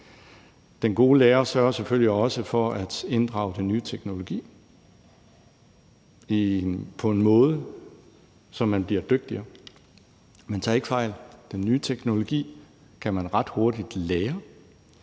den gode lærer sørger selvfølgelig også for at inddrage den nye teknologi på en måde, så man bliver dygtigere. Men tag ikke fejl, den nye teknologi kan man ret hurtigt lære.